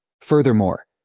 Furthermore